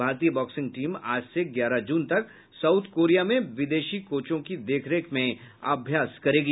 भारतीय boxing team आज से ग्यारह जून तक साउथ कोरिया में विदेशी कोचों की देखरेख में अभ्यास करेगी